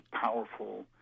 powerful